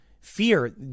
fear